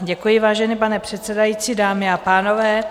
Děkuji, vážený pane předsedající, dámy a pánové.